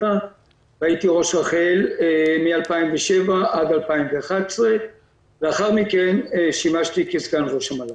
והייתי ראש רח"ל מ-2007 עד 2011. לאחר מכן שימשתי כסגן ראש המל"ל.